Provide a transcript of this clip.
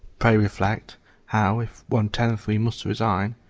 pray reflect how, if one-tenth we must resign,